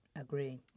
agree